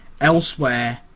elsewhere